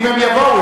אם הם יבואו.